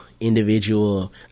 individual